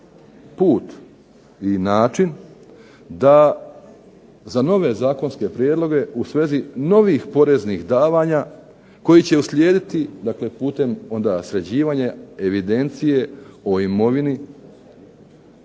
put i način da za nove zakonske prijedloge u svezi novih poreznih davanja koji će uslijediti putem sređivanja evidencije o imovini